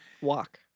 walk